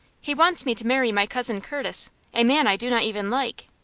he wants me to marry my cousin curtis a man i do not even like.